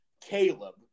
Caleb